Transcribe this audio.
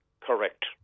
Correct